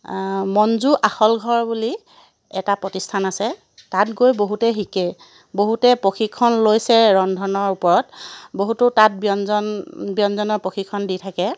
মঞ্জু আখল ঘৰ বুলি এটা প্ৰতিষ্ঠান আছে তাত গৈ বহুতে শিকে বহুতে প্ৰশিক্ষণ লৈছে ৰন্ধনৰ ওপৰত বহুতো তাত ব্যঞ্জন ব্যঞ্জনৰ প্ৰশিক্ষণ দি থাকে